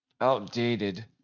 outdated